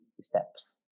steps